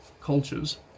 cultures